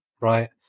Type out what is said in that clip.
right